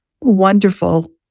wonderful